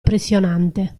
impressionante